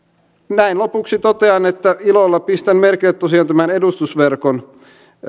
näin lopuksi totean että ilolla pistän merkille tosiaan tämän edustustoverkon